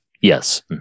yes